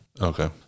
okay